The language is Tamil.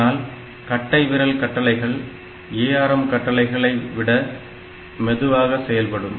இதனால் கட்டைவிரல் கட்டளைகள் ARM கட்டளைகளை விட மெதுவாக செயல்படும்